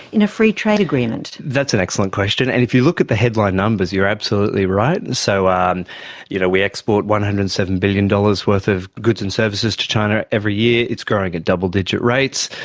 in a free-trade agreement? that's an excellent question, and if you look at the headline numbers you're absolutely right, and so um you know we export one hundred and seven billion dollars worth of goods and services to china every year. it's growing at double-digit rates.